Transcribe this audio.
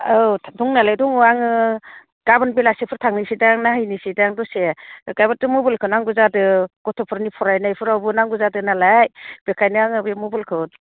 औ दंनायालाय दङ आङो गाबोन बेलासिफोर थांनोसैदां नायहैनोसैदां दसे गाबोनथ' मबाइलखौ नांगौ जादों गथ'फोरनि फरायनायफोरावबो नांगौ जादों नालाय बेखायनो आङो बे मबाइलखौ